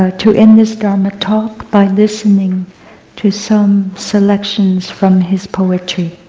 ah to end this dharma talk by listening to some selections from his poetry.